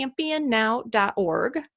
ChampionNow.org